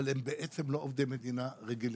אבל הם לא עובדי מדינה רגילים.